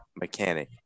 mechanic